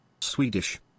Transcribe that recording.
Swedish